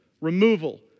removal